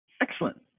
Excellent